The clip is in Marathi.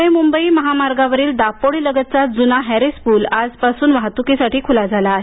प्णे मुंबई महामार्गावरील दापोडी लगतचा जुना हॅरिस पूल आजपासून वाहतुकीसाठी खुला झाला आहे